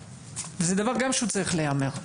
זה דבר גם שהוא צריך להיאמר.